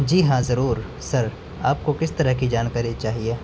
جی ہاں ضرور سر آپ کو کس طرح کی جانکاری چاہیے